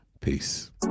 Peace